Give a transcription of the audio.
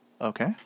okay